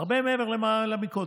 הרבה מעבר לקודם,